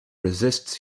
resists